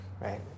right